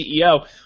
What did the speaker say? CEO